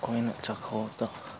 ꯑꯩꯈꯣꯏꯅ ꯆꯥꯛꯈꯥꯎꯗ